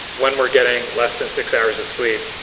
when we're getting less than six hours of sleep,